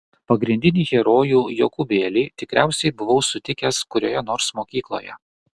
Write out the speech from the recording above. pagrindinį herojų jokūbėlį tikriausiai buvau sutikęs kurioje nors mokykloje